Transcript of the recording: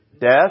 Death